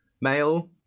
male